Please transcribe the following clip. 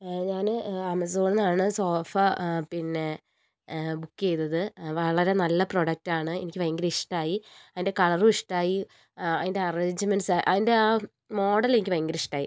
ഞാൻ ആമസോൺന്നാണ് സോഫ പിന്നെ ബുക്ക് ചെയ്തത് വളരെ നല്ല പ്രോഡക്റ്റാണ് എനിക്ക് ഭയങ്കര ഇഷ്ട്ടമായി അതിൻ്റെ കളറും ഇഷ്ട്ടമായി ആ അതിൻ്റെ അറേഞ്ച്മെൻ്റെസ് അതിൻ്റെ ആ മോഡലെനിക്ക് ഭയങ്കര ഇഷ്ട്ടമായി